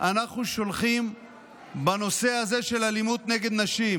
אנחנו שולחים בנושא הזה של אלימות נגד נשים,